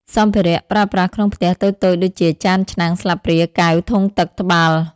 សម្ភារៈប្រើប្រាស់ក្នុងផ្ទះតូចៗដូចជា ចាន ឆ្នាំង ស្លាបព្រា កែវ ធុងទឹក ត្បាល់ ។